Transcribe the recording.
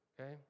okay